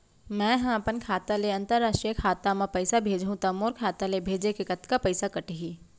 मै ह अपन खाता ले, अंतरराष्ट्रीय खाता मा पइसा भेजहु त मोर खाता ले, भेजे के कतका पइसा कटही?